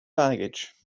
baggage